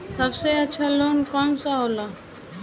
सबसे अच्छा लोन कौन सा होला?